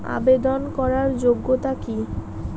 আবেদন করার যোগ্যতা কি?